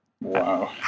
Wow